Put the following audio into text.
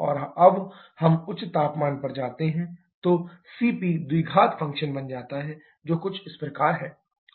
और अब हम उच्च तापमान पर जाते हैं तो CP द्विघात फंक्शन बन जाता है जो कुछ इस प्रकार है